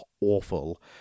Awful